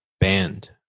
band